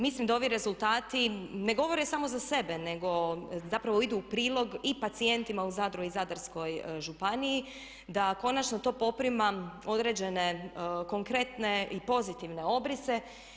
Mislim da ovi rezultati ne govore samo za sebe, nego zapravo idu u prilog i pacijentima u Zadru i Zadarskoj županiji, da konačno to poprima određene konkretne i pozitivne obrise.